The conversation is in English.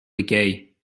decay